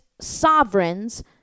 sovereigns